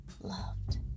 loved